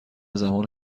زبان